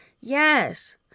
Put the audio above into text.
yes